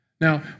Now